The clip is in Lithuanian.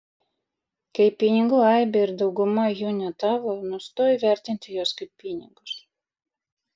kai pinigų aibė ir dauguma jų ne tavo nustoji vertinti juos kaip pinigus